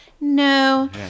no